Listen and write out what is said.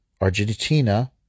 Argentina